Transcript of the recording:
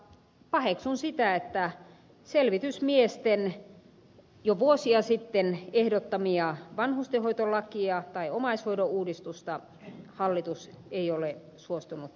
paheksun sitä että selvitysmiesten jo vuosia sitten ehdotta mia vanhustenhoitolakia tai omaishoidon uudistusta hallitus ei ole suostunut säätämään